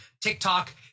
TikTok